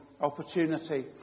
opportunity